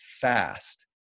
fast